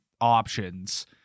options